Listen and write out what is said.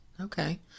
Okay